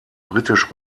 britisch